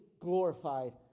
glorified